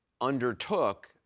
undertook